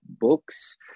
books